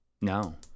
no